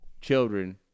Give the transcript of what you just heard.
children